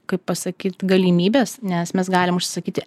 kaip pasakyt galimybes nes mes galim užsakyti